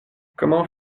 comment